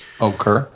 Okay